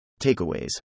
Takeaways